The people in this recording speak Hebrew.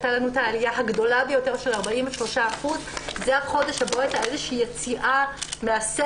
הייתה לנו את העלייה הגדולה ביותר של 43%. זה החודש שבו הייתה איזושהי יציאה מהסגר.